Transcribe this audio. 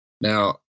Now